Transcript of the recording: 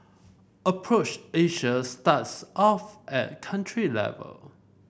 approach Asia starts off at country level